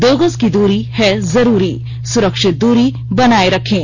दो गज की दूरी है जरूरी सुरक्षित दूरी बनाए रखें